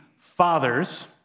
fathers